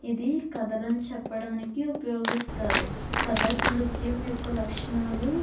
ఇది కథలను చెప్పడానికి ఉపయోగిస్తారు కతక్ నృత్యం యొక్క లక్షణాలు